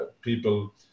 people